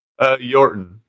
Yorton